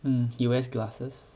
mm he wears glasses